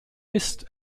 ist